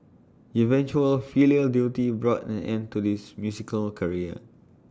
eventual filial duty brought an end to this musical career